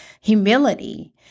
Humility